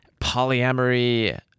polyamory